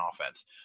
offense